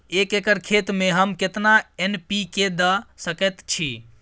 एक एकर खेत में हम केतना एन.पी.के द सकेत छी?